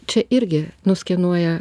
čia irgi nuskenuoja